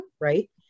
right